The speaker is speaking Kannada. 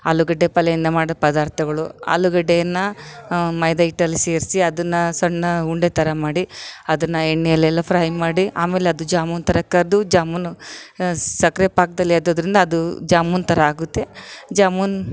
ಆಲೂಗಡ್ಡೆ ಪಲ್ಯದಿಂದ ಮಾಡೋ ಪದಾರ್ಥಗಳು ಆಲೂಗಡ್ಡೆಯನ್ನು ಮೈದಾ ಹಿಟ್ಟಲ್ಲಿ ಸೇರಿಸಿ ಅದನ್ನು ಸಣ್ಣ ಉಂಡೆ ಥರ ಮಾಡಿ ಅದನ್ನು ಎಣ್ಣೆಯಲ್ಲಿ ಎಲ್ಲ ಫ್ರೈ ಮಾಡಿ ಆಮೇಲೆ ಅದು ಜಾಮೂನ್ ಥರ ಕರಿದು ಜಾಮೂನ್ ಸಕ್ಕರೆ ಪಾಕದಲ್ಲಿ ಅದ್ದೋದ್ರಿಂದ ಅದು ಜಾಮೂನ್ ಥರ ಆಗುತ್ತೆ ಜಾಮೂನ್